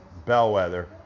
Bellwether